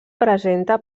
presenta